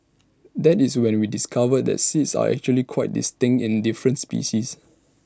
that is when we discovered that seeds are actually quite distinct in different species